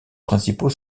principaux